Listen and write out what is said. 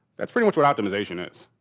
that's pretty much what optimization is.